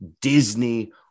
Disney